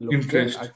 Interest